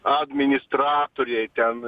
administratoriai ten